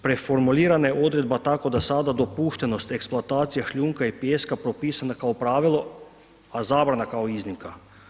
Preformulirana je odredba tako da je sada dopuštenost eksploatacije šljunka i pijeska propisana kao pravilo a zabrana kao iznimka.